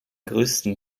größten